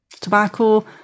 Tobacco